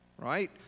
right